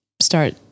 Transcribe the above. start